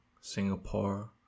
Singapore